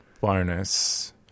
bonus